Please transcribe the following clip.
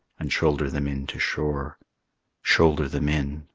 and shoulder them in to shore shoulder them in,